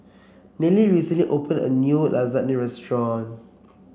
Nelie recently opened a new Lasagne Restaurant